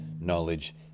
knowledge